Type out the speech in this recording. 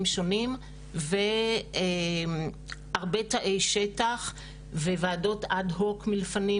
שונים והרבה תאי שטח וועדות עד הוק מלפנים,